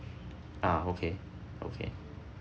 ah okay okay